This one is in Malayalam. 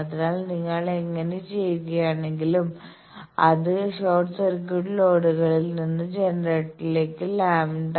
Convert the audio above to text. അതിനാൽ നിങ്ങൾ അങ്ങനെ ചെയ്യുകയാണെങ്കിൽ അത് ഷോർട്ട് സർക്യൂട്ട് ലോഡുകളിൽ നിന്ന് ജനറേറ്ററിലേക്ക് 0